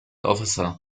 officer